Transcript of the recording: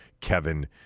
Kevin